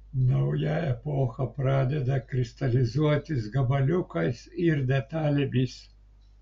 nauja epocha pradeda kristalizuotis gabaliukais ir detalėmis